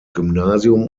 gymnasium